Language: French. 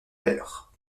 père